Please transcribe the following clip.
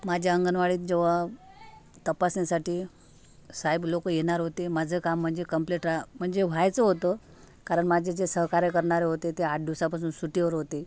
माझ्या अंगणवाडीत जेव्हा तपासणीसाठी साहेब लोक येणार होते माझं काम म्हणजे कम्पलेट रा म्हणजे व्हायचं होतं कारण माझे जे सहकार्य करणारे होते ते आठ दिवसापासून सुट्टीवर होते